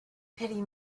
pity